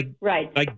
Right